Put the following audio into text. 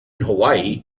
hawaii